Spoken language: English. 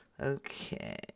Okay